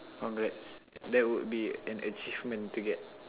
congrats that would be an achievement to get